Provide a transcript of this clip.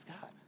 God